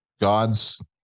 God's